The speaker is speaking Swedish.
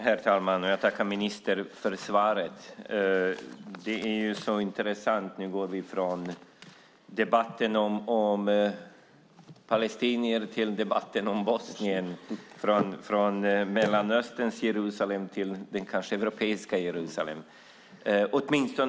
Herr talman! Jag tackar ministern för svaret. Det är intressant att vi nu går från debatten om palestinier till debatten om bosnier och från Mellanösterns Jerusalem till, kanske man skulle kunna säga, det europeiska Jerusalem.